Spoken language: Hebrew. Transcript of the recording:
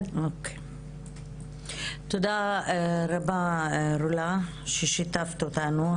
תודה רבה רולא ששיתפת אותנו.